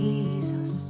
Jesus